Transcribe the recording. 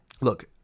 look